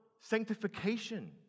sanctification